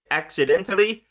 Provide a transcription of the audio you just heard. accidentally